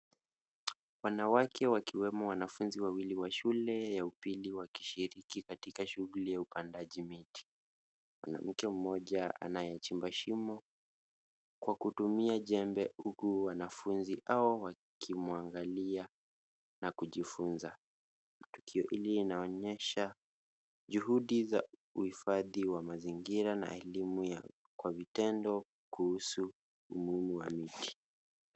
Wanawake wakiwemo wanafunzi wawili wa shule ya upili wakishiriki katika shughuli ya upandaji miti. Mwanamke mmoja anayechimba shimo kwa kutumia jembe huku wanafunzi hao wakimwangalia na kijifunza. Tukio hili linaonyesha juhudi za uhifadhi wa mazingira na elimu kwa vitendo kuhusu umuhimu wa miti.